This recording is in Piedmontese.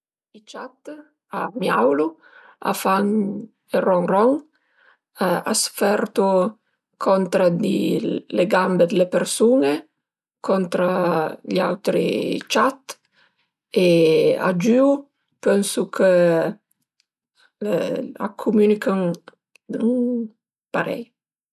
I ciat a miaulu, a fan ël ron ron, a s'fertu contra le gambe d'la persun-e, contra gl'autri ciat e a giüu, pënsu chë a cumünichën parei